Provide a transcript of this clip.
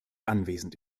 anwesend